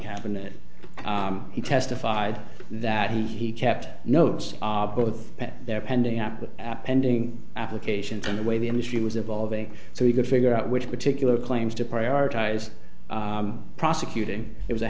cabinet he testified that he kept notes are both at their pending apple pending applications and the way the industry was evolving so he could figure out which particular claims to prioritize prosecuting it was a